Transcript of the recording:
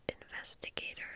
Investigators